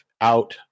out